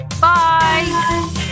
Bye